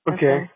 Okay